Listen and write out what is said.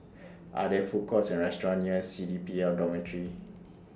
Are There Food Courts Or restaurants near C D P L Dormitory